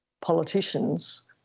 politicians